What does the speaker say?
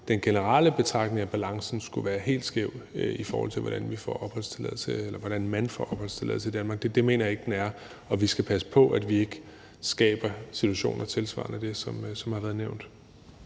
den generelle betragtning om, at balancen skulle være helt skæv, i forhold til hvordan man får opholdstilladelse i Danmark. Det mener jeg ikke den er, og vi skal passe på, at vi ikke skaber situationer tilsvarende det, som har været nævnt.